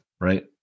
right